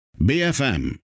BFM